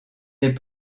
des